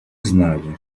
знали